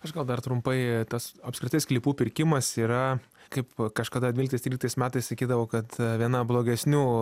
aš gal dar trumpai tas apskritai sklypų pirkimas yra kaip kažkada dvyliktais tryliktais metais sakydavo kad viena blogesnių